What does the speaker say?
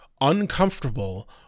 uncomfortable